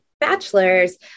bachelor's